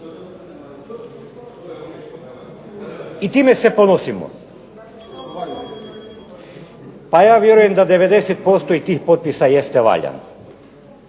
I time se ponosimo. A ja vjerujem da 90% i tih potpisa jeste valjan,